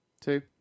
Two